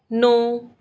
ਨੌਂ